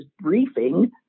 briefing